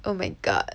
oh my god